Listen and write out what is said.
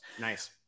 Nice